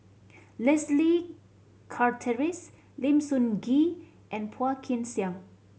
Leslie Charteris Lim Sun Gee and Phua Kin Siang